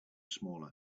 smaller